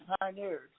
pioneers